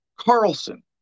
Carlson